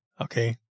okay